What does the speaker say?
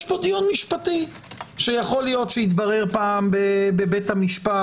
יש פה דיון משפטי שיכול להיות שיתברר פעם בבית המשפט.